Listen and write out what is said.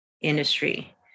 industry